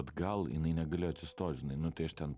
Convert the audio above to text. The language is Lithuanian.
atgal jinai negalėjo atsistot žinai nu tai aš ten